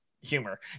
humor